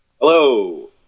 Hello